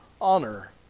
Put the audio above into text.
honor